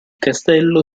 castello